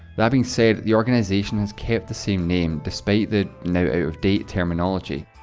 that being said, the organisation has kept the same name, despite the now-out-of-date terminology.